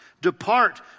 depart